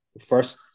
first